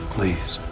Please